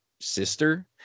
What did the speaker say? sister